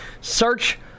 Search